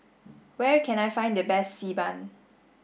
where can I find the best Xi Ban